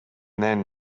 then